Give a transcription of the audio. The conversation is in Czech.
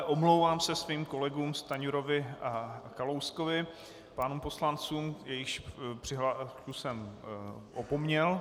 Omlouvám se svým kolegům Stanjurovi a Kalouskovi, pánům poslancům, jejichž přihlášku jsem opomněl.